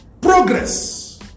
progress